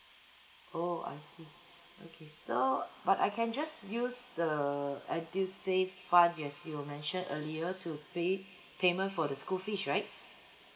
oh I see okay so but I can just use the edusave fund as you were mentioned earlier to pay payment for the school fees right